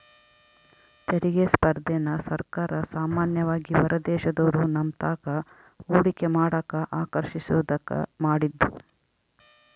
ತೆರಿಗೆ ಸ್ಪರ್ಧೆನ ಸರ್ಕಾರ ಸಾಮಾನ್ಯವಾಗಿ ಹೊರದೇಶದೋರು ನಮ್ತಾಕ ಹೂಡಿಕೆ ಮಾಡಕ ಆಕರ್ಷಿಸೋದ್ಕ ಮಾಡಿದ್ದು